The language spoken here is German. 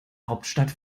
hauptstadt